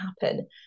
happen